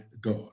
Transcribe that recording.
God